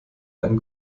einen